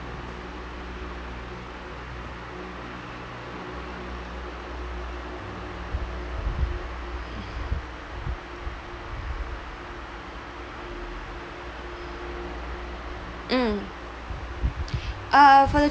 mm uh for the